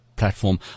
platform